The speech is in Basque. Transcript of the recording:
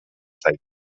zait